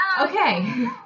okay